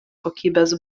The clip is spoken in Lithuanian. kokybės